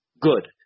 Good